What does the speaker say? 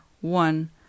one